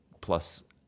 plus